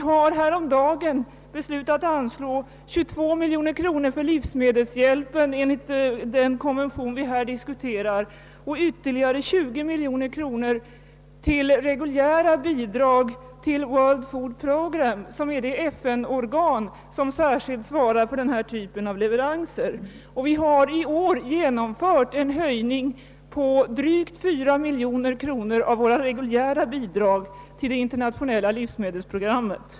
Häromdagen beslöt vi anslå 22 miljoner till livsmedelshjälpen enligt den konvention vi här diskuterar och ytterligare 20 miljoner till reguljära bidrag till World Food Program, som är det FN-organ som särskilt svarar för den här typen av leveranser. Vi har i år genomfört en höjning på drygt 4 miljoner kronor av våra reguljära bidrag till det internationella livsmedelsprogrammet.